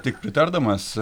tik pritardamas